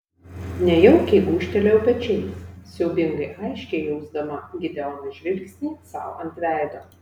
nejaukiai gūžtelėjau pečiais siaubingai aiškiai jausdama gideono žvilgsnį sau ant veido